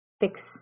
fix